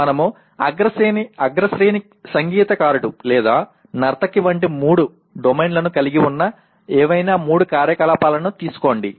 మనము అగ్రశ్రేణి సంగీతకారుడు లేదా నర్తకి వంటి మూడు డొమైన్లను కలిగి ఉన్న ఏవైనా మూడు కార్యకలాపాలను తీసుకోండి